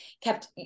kept